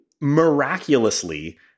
miraculously